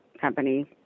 company